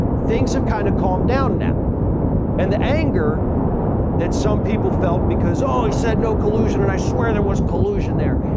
things have kind of calmed down now and the anger that some people felt because all he said, no collusion, and i swear there was collusion there.